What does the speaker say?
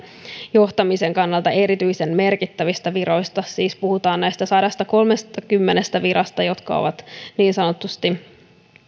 johtamisen kannalta erityisen merkittävistä viroista siis puhutaan näistä sadastakolmestakymmenestä virasta jotka ovat niin sanotusti